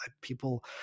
people